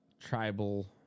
tribal